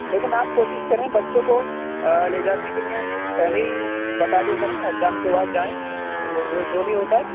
لیکن آپ کوشش کریں بچوں کو لے جانے کے لیے پہلے ہی بتا دیا کریں اگزام کے بعد جائیں وہ جو بھی ہوتا ہے نا